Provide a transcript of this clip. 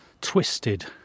twisted